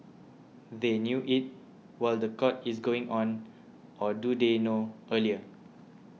they knew it while the court is still going on or do they know earlier